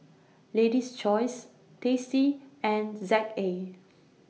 Lady's Choice tasty and Z A